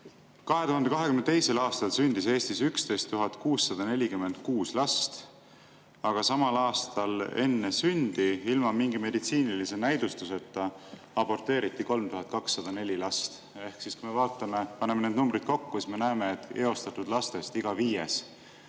2022. aastal sündis Eestis 11 646 last, aga samal aastal enne sündi ilma mingi meditsiinilise näidustuseta aborteeriti 3204 last. Ehk siis, kui me vaatame, paneme need numbrid kokku, siis me näeme, et eostatud lastest iga viies